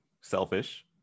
Selfish